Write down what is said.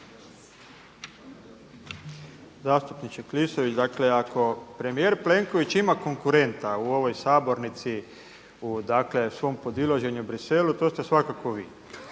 Zastupniče Klisović dakle ako premijer Plenković ima konkurenta u ovoj sabornici u svom podilaženju Bruxellesu to ste svakako vi.